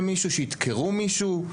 שידקרו מישהו?